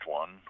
one